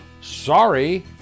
Sorry